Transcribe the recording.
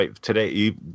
today